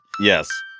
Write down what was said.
Yes